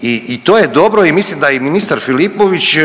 i to je dobro i mislim da je i ministar Filipović